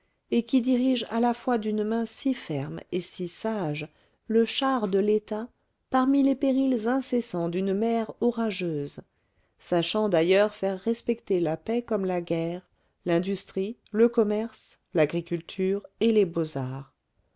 et qui dirige à la fois d'une main si ferme et si sage le char de l'état parmi les périls incessants d'une mer orageuse sachant d'ailleurs faire respecter la paix comme la guerre l'industrie le commerce l'agriculture et les beauxarts